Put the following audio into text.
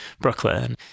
Brooklyn